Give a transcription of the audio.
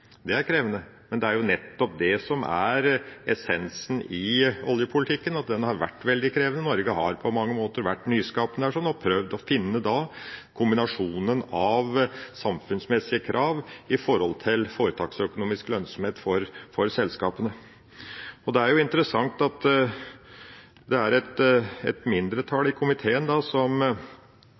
Norge har på mange måter vært nyskapende og prøvd å finne kombinasjonen av samfunnsmessige krav i forhold til foretaksøkonomisk lønnsomhet for selskapene. Det er interessant at det er et mindretall i komiteen som